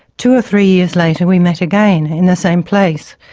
two or three years later, we met again, in the same place.